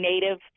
native